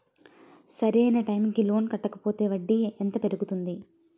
సరి అయినా టైం కి లోన్ కట్టకపోతే వడ్డీ ఎంత పెరుగుతుంది?